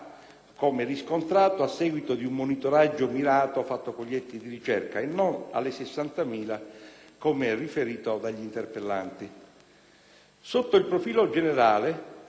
come riscontrato a seguito di un monitoraggio mirato fatto con gli enti di ricerca, e non alle 60.000 come riferito dagli interpellanti. Sotto il profilo generale,